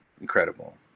incredible